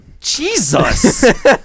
Jesus